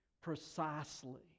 precisely